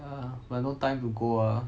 uh but no time to go ah